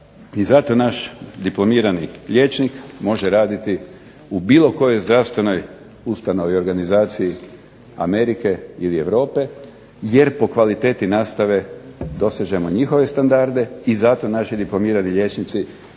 i zato naš diplomirani liječnik može raditi u bilo kojoj zdravstvenoj ustanovi, organizaciji Amerike i Europe jer po kvaliteti nastavi dosežemo njihove standarde i zato naši diplomirani liječnici